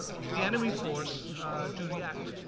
the enemy force to react.